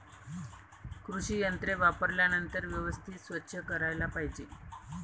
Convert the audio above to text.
कृषी यंत्रे वापरल्यानंतर व्यवस्थित स्वच्छ करायला पाहिजे